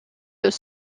les